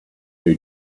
who